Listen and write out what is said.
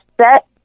set